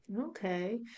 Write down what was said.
Okay